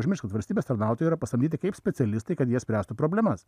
neužmirškim kad valstybės tarnautojai yra pasamdyti kaip specialistai kad jie spręstų problemas